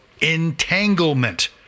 entanglement